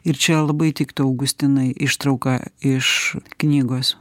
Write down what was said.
ir čia labai tiktų augustinai ištrauka iš knygos